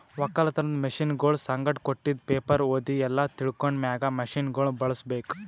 ಒಕ್ಕಲತನದ್ ಮಷೀನಗೊಳ್ ಸಂಗಟ್ ಕೊಟ್ಟಿದ್ ಪೇಪರ್ ಓದಿ ಎಲ್ಲಾ ತಿಳ್ಕೊಂಡ ಮ್ಯಾಗ್ ಮಷೀನಗೊಳ್ ಬಳುಸ್ ಬೇಕು